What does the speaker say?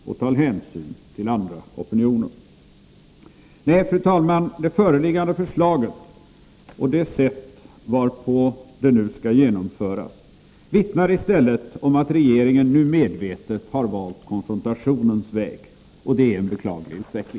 Och detta förslag kommer från en regering som har talat om ”den utsträckta handen”,